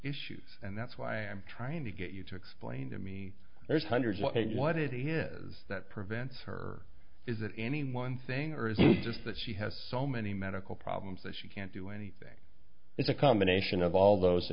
issues and that's why i'm trying to get you to explain to me there's hundreds of what it is that prevents her is that any one thing or is this that she has so many medical problems that she can't do anything it's a combination of all those